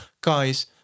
Guys